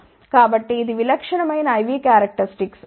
కాబట్టి ఇది విలక్షణమైన I V క్యారక్టర్స్టిక్స్ సరే